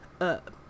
up